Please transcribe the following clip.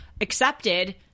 accepted